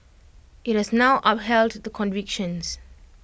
IT has now upheld the convictions